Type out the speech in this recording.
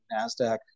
NASDAQ